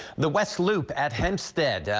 the west loop at hempstead,